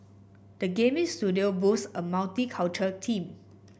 the gaming studio boasts a multicultural team